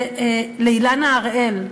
לאילנה הראל,